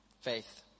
faith